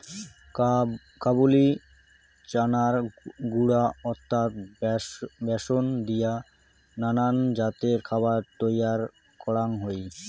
কাবুলি চানার গুঁড়া অর্থাৎ ব্যাসন দিয়া নানান জাতের খাবার তৈয়ার করাং হই